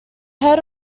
head